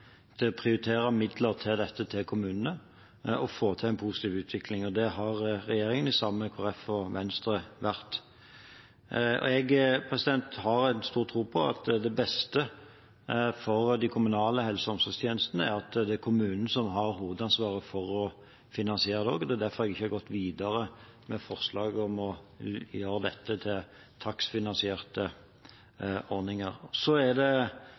å prioritere midler til dette til kommunene og få til en positiv utvikling. Det har regjeringen, sammen med Kristelig Folkeparti og Venstre, vært. Jeg har stor tro på at det beste for de kommunale helse- og omsorgstjenestene er at det er kommunen som har hovedansvaret for å finansiere dem. Det er derfor jeg ikke har gått videre med forslag om å gjøre dette til takstfinansierte ordninger.